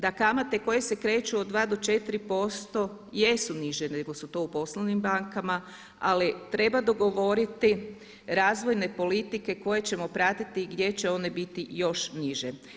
Da kamate koje se kreću od 2 do 4% jesu niže nego su to u poslovnim bankama ali treba dogovoriti razvojne politike koje ćemo pratiti i gdje će one biti još niže.